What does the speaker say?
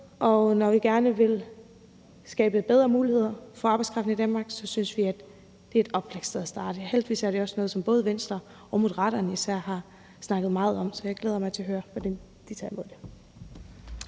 og når vi gerne vil skabe bedre muligheder for arbejdskraften i Danmark, synes vi, at det her er et oplagt sted at starte. Heldigvis er det også noget, som både Venstre og især Moderaterne har snakket meget om, så jeg glæder mig til at høre, hvordan de ser på det.